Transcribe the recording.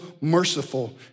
merciful